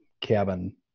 cabin